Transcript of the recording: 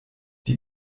die